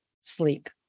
sleep